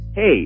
Hey